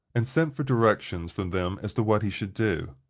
and sent for directions from them as to what he should do.